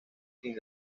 sin